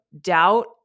doubt